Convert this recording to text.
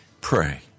Pray